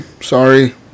sorry